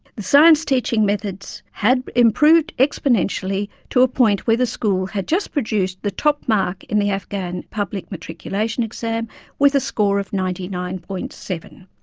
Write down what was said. the science teaching methods had improved exponentially to a point where the school had just produced the top mark in the afghan public matriculation exam with a score of ninety nine. seven